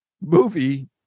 movie